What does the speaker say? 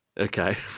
Okay